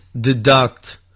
deduct